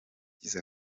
igize